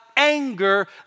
anger